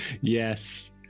Yes